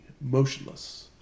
motionless